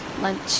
lunch